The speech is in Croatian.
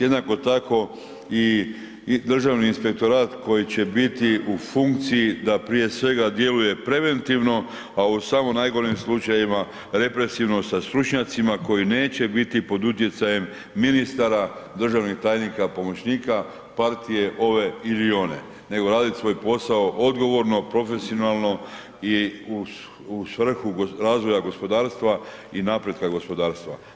Jednako tako i Državni inspektorat koji će biti u funkciji da prije svega djeluje preventivno a u samo najgorim slučajevima represivno sa stručnjacima koji neće biti pod utjecajem ministara, državnih tajnika, pomoćnika, partije ove ili one nego radit svoj posao odgovorno, profesionalno i svrhu razvoja gospodarstva i napretka gospodarstva.